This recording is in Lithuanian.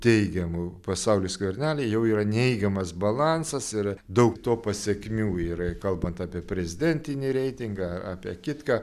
teigiamų pas saulių skvernelį jau yra neigiamas balansas ir daug to pasekmių yra kalbant apie prezidentinį reitingą a apie kitką